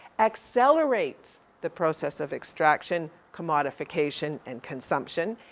accelerates the process of extraction, commodification, and consumption.